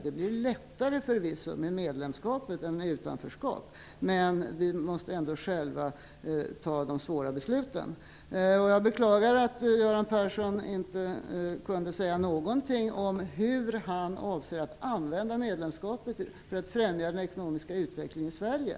Det blir förvisso lättare vid ett medlemskap än vid ett utanförskap, men vi måste ändå själva fatta de svåra besluten. Jag beklagar att Göran Persson inte kunde säga någonting om hur han avser att använda medlemskapet för att främja den ekonomiska utvecklingen i Sverige.